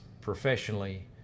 professionally